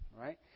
right